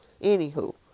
Anywho